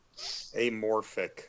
Amorphic